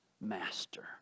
master